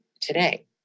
today